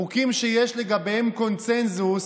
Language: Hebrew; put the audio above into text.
חוקים שיש לגביהם קונסנזוס,